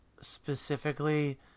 specifically